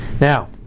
Now